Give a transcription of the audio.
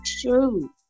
true